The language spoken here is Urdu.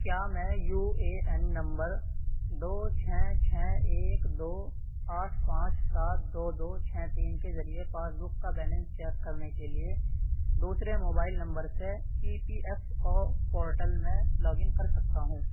کیا میں یو اے این نمبر دو چھ چھ ایک دو آٹھ پانچ سات دو دو چھ تین کے ذریعے پاس بک کا بیلنس چیک کرنے کے لیے دوسرے موبائل نمبر سے E P F O portal میں لاگ ان کر سکتا ہوں